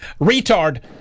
retard